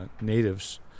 natives